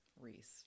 Reese